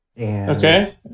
Okay